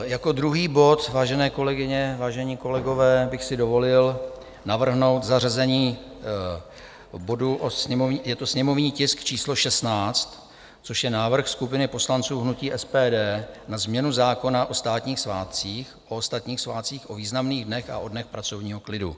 Jako druhý bod, vážené kolegyně, vážení kolegové, bych si dovolil navrhnout zařazení bodu, je to sněmovní tisk číslo 16, což je Návrh skupiny poslanců hnutí SPD na změnu zákona o státních svátcích, o ostatních svátcích, o významných dnech a o dnech pracovního klidu.